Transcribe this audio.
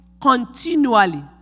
continually